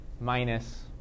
minus